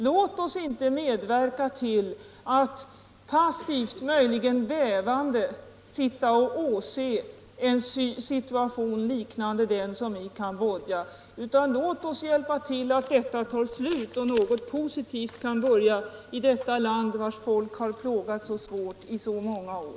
Låt oss inte passivt, möjligen bävande, sitta och åse en situation liknande den som råder i Cambodja, utan låt oss hjälpa till så att detta krig tar slut och något positivt kan börja i detta land vars folk har plågats så svårt i så många år.